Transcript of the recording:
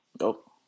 Nope